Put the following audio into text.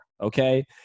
Okay